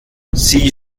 sie